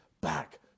back